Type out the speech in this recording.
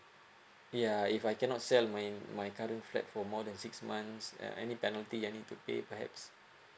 ya if I cannot sell my my current flat for more than six months uh any penalty I need to pay perhaps